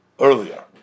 earlier